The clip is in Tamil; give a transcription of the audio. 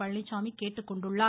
பழனிச்சாமி கேட்டுக்கொண்டுள்ளார்